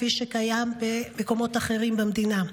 כפי שקיים במקומות אחרים במדינה.